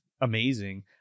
amazing